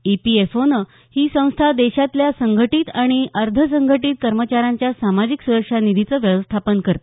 E P F O ही संस्था देशातल्या संघटीत आणि अर्ध संघटीत कर्मचाऱ्यांच्या सामाजिक सुरक्षा निधीचं व्यवस्थापन करते